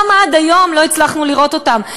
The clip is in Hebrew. למה עד היום לא הצלחנו לראות אותם?